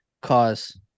cause